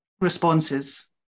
responses